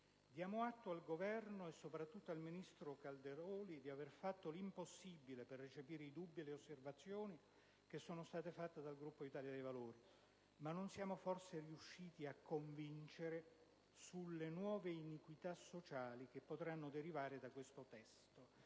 Diamo atto al Governo, e soprattutto al ministro Calderoli, di aver fatto l'impossibile per recepire i dubbi e le osservazioni che sono state fatte dal Gruppo Italia dei Valori, ma non siamo forse riusciti a convincere sulle nuove iniquità sociali che potranno derivare da questo testo.